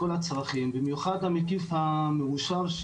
במיוחד המקיף המאושר,